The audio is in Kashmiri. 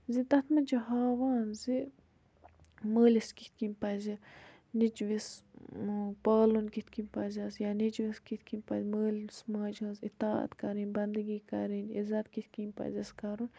زِ تَتھ منٛز چھِ ہاوان زِ مٲلِس کِتھ کٔنۍ پَزِ نیٚچوِس پالُن کِتھ کٔنۍ پَزیٚس یا نیٚچوِس کِتھ کٔنۍ پَزِ مٲلِس ماجہِ ہٕنٛز اطاعت کَرٕنۍ بندگی کَرٕنۍ عزت کِتھ کٔنۍ پَزیٚس کَرُن